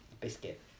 biscuit